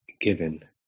given